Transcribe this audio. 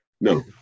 no